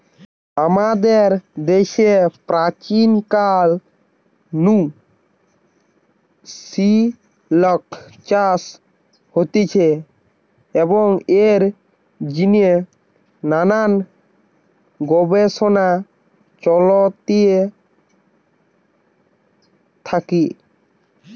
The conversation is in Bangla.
আমাদের দ্যাশে প্রাচীন কাল নু সিল্ক চাষ হতিছে এবং এর জিনে নানান গবেষণা চলতে থাকি